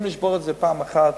אם נשבור את זה פעם אחת,